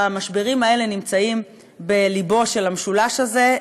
והמשברים האלה נמצאים בלבו של המשולש הזה.